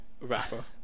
rapper